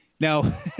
Now